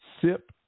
sip